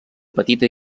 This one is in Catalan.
petita